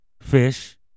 fish